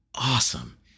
awesome